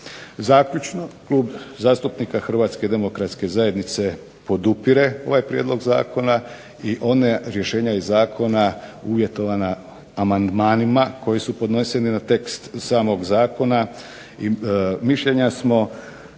Zaključno. Klub zastupnika Hrvatske demokratske zajednice podupire ovaj prijedlog zakona i ona rješenja iz zakona uvjetovana amandmanima koji su podneseni na tekst samog zakona. Mišljenja smo